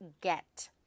get